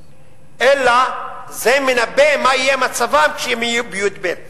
אלא זה מנבא מה יהיה מצבם כשהם יהיו בי"ב,